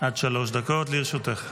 עד שלוש דקות לרשותך.